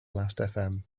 lastfm